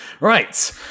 Right